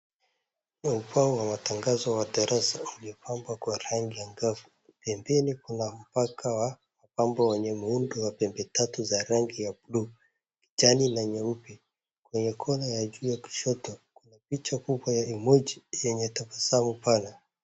Ubao wa tangazo wa darasa umepambwa kwa rangi ya kavu, pembeni kuna mpaka wa pambo wenye muundo wa pembe tatu za rangi ya blue , kijani na nyeupe, kwenye corner ya juu ya kushoto, kuna picha kubwa ya emoji yenye tabasamu pale.